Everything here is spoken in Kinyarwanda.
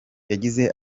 yagize